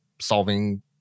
solving